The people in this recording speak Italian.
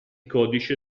codice